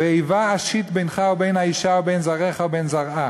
ואיבה אשית בינך ובין האשה ובין זרעך ובין זרעה.